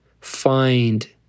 find